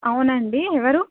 అవునండి ఎవరు